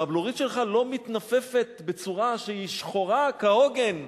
אם הבלורית שלך לא מתנופפת כשהיא שחורה כהוגן,